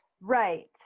right